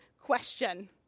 question